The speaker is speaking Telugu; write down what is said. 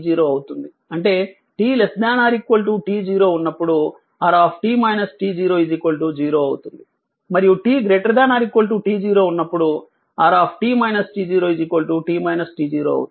అంటే t ≤ t0 ఉన్నప్పుడు r 0 అవుతుంది మరియు t ≥ t0 ఉన్నప్పుడు r t t0 అవుతుంది